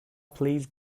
please